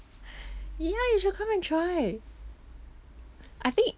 ya you should come and try I think